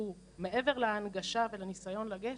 מעבר להנגשה ולניסיון לגשת,